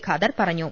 ഖാദർ പറഞ്ഞു